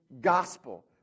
gospel